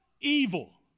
evil